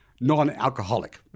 non-alcoholic